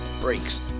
brakes